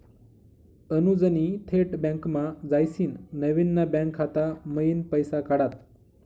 अनुजनी थेट बँकमा जायसीन नवीन ना बँक खाता मयीन पैसा काढात